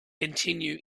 continue